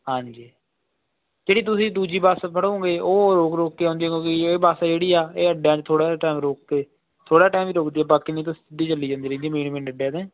ਹਾਂਜੀ ਜਿਹੜੀ ਤੁਸੀਂ ਦੂਜੀ ਬੱਸ ਫੜੋਗੇ ਉਹ ਰੁਕ ਰੁਕ ਕੇ ਆਉਂਦੀ ਹੈ ਕਿਉਂਕਿ ਇਹ ਬੱਸ ਜਿਹੜੀ ਆ ਇਹ ਅੱਡਿਆਂ 'ਚ ਥੋੜ੍ਹਾ ਜਿਹਾ ਟਾਈਮ ਰੁਕ ਕੇ ਥੋੜ੍ਹਾ ਜਿਹਾ ਟਾਈਮ ਹੀ ਰੁਕਦੀ ਆ ਬਾਕੀ ਨਹੀਂ ਤਾਂ ਸਿੱਧੀ ਚੱਲੀ ਜਾਂਦੀ ਸਿੱਧੀ ਮੇਨ ਮੇਨ ਅੱਡਿਆਂ 'ਤੇ